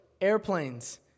airplanes